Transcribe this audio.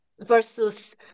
versus